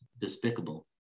despicable